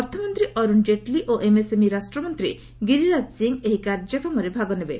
ଅର୍ଥମନ୍ତ୍ରୀ ଅର୍ଚ୍ଚଣ କ୍ଜେଟଲୀ ଓ ଏମ୍ଏସ୍ଏମ୍ଇ ରାଷ୍ଟ୍ମନ୍ତ୍ରୀ ଗିରିରାଜ ସିଂହ ଏହି କାର୍ଯ୍ୟକ୍ରମରେ ଭାଗ ନେବେ